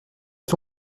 est